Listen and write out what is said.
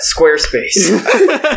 Squarespace